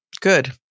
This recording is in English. Good